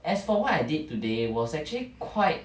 as for what I did today was actually quite